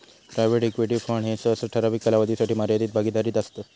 private equity fund ह्ये सहसा ठराविक कालावधीसाठी मर्यादित भागीदारीत असतत